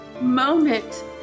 moment